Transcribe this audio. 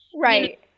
Right